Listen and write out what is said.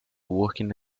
working